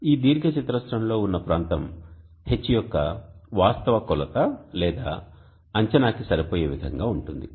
ఈ దీర్ఘచతురస్రంలో ఉన్న ప్రాంతం H యొక్క వాస్తవ కొలత లేదా అంచనాకి సరిపోయే విధంగా ఉంటుంది